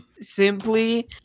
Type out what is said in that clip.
Simply